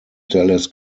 dallas